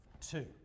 two